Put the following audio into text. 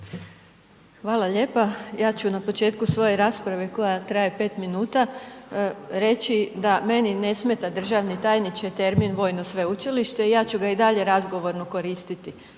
Hvala lijepa. Ja ću na početku svoje rasprave koja traje 5 minuta reći da meni ne smeta državni tajniče termin vojno sveučilište, ja ću ga i dalje razgovorno koristiti